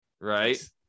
right